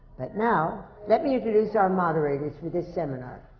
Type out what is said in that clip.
but now, let me introduce our moderators for this seminar.